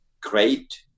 great